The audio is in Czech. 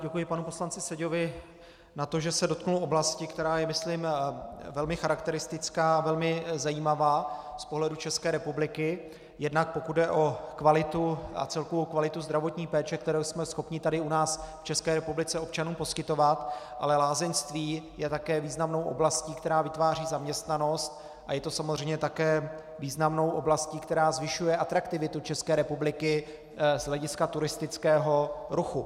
Děkuji panu poslanci Seďovi za to, že se dotkl oblasti, která je, myslím, velmi charakteristická a velmi zajímavá z pohledu České republiky, jednak pokud jde o celkovou kvalitu zdravotní péče, kterou jsme schopni tady u nás v České republice občanům poskytovat, ale lázeňství je také významnou oblastí, která vytváří zaměstnanost, a je to samozřejmě také významnou oblastí, která zvyšuje atraktivitu České republiky z hlediska turistického ruchu.